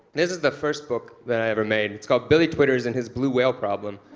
this is the first book that i ever made. it's called billy twitters and his blue whale problem.